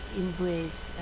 embrace